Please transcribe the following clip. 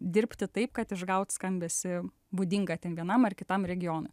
dirbti taip kad išgaut skambesį būdingą ten vienam ar kitam regionui